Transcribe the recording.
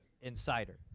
Insider